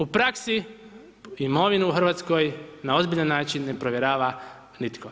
U praksi, imovinu u Hrvatskoj na ozbiljan način ne provjerava nitko.